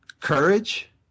courage